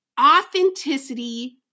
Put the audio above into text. Authenticity